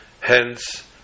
Hence